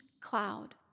cloud